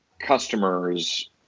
customers